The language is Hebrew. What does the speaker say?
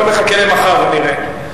בוא נחכה למחר ונראה.